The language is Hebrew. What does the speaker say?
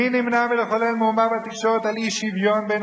מי נמנע מלחולל מהומה בתקשורת על אי-שוויון בין